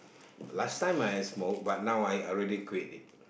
last time I smoke but now I I already quit it